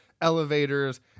elevators